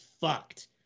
fucked